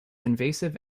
invasive